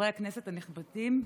חברי הכנסת הנכבדים,